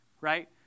right